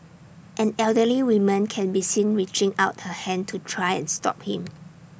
an elderly woman can be seen reaching out her hand to try and stop him